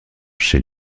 chez